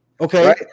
Okay